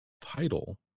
title